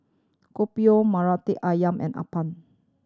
Kopi O Murtabak Ayam and appam